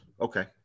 Okay